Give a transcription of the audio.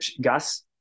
gus